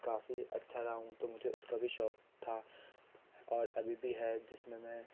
काफ़ी अच्छा रहा हूँ तो मुझे उसका भी शौक था और अभी भी है जिसमें मैं